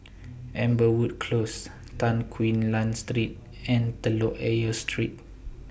Amberwood Close Tan Quee Lan Street and Telok Ayer Street